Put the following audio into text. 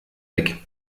weg